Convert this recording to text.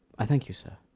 i thank you, sir.